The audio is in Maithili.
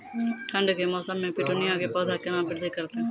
ठंड के मौसम मे पिटूनिया के पौधा केना बृद्धि करतै?